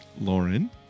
Lauren